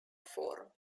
form